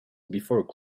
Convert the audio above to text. before